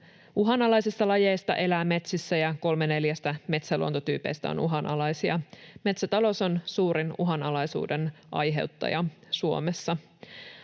uhanalaisista lajeista elää metsissä, ja kolme neljästä metsäluontotyypistä on uhanalaisia. Metsätalous on suurin uhanalaisuuden aiheuttaja Suomessa.